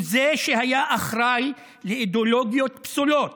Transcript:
הוא שהיה אחראי לאידיאולוגיות פסולות